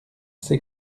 ces